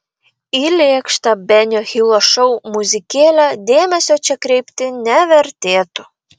į lėkštą benio hilo šou muzikėlę dėmesio čia kreipti nevertėtų